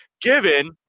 given